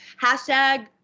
Hashtag